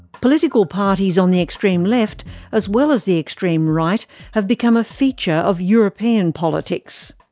political parties on the extreme left as well as the extreme right have become a feature of european politics.